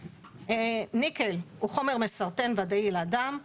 ניקל הוא חומר מסרטן ודאי לאדם,